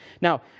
Now